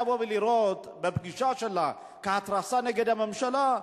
לבוא ולראות את הפגישה שלה כהתרסה נגד הממשלה,